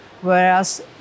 whereas